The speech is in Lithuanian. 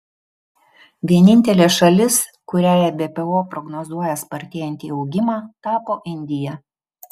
vienintelė šalis kuriai ebpo prognozuoja spartėjantį augimą tapo indija